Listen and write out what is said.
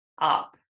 up